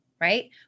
right